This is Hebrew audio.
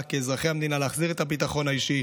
כאזרחי המדינה להחזיר את הביטחון האישי.